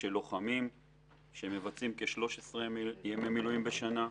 של לוחמים שמבצעים כ-13 ימי מילואים בשנה,